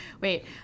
wait